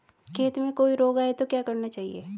खेत में कोई रोग आये तो क्या करना चाहिए?